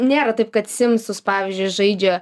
nėra taip kad simsus pavyzdžiui žaidžia